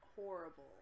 horrible